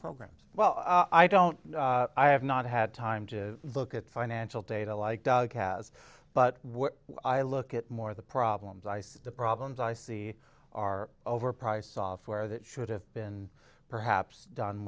program's well i don't know i have not had time to look at financial data like doug has but what i look at more of the problems i see the problems i see are overpriced software that should have been perhaps done